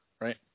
right